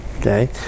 okay